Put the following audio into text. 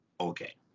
okay